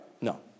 No